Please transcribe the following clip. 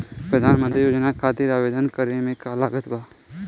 प्रधानमंत्री योजना खातिर आवेदन करे मे का का लागत बा?